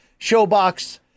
Showbox